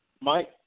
Mike